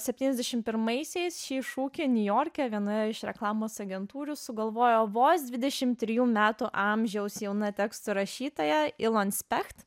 septyniasdešim pirmaisiais šį šūkį niujorke vienoje iš reklamos agentūrių sugalvojo vos dvidešim trijų metų amžiaus jauna tekstų rašytoja ilon specht